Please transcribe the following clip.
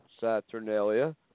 Saturnalia